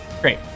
Great